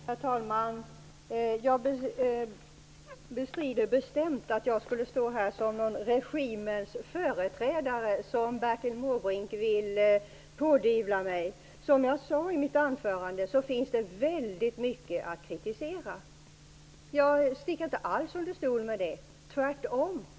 Herr talman! Jag bestrider bestämt att jag skulle stå här som någon regimens företrädare, vilket Bertil Måbrink vill pådyvla mig. Som jag sade i mitt anförande finns det väldigt mycket att kritisera. Jag sticker inte alls under stol med det. Tvärtom.